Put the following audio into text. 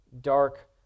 dark